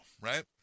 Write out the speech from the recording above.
right